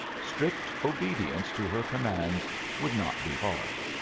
strict obedience to her commands would not be hard.